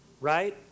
right